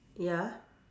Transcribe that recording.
ya